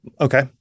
Okay